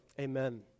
Amen